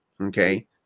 Okay